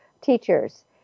teachers